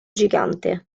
gigante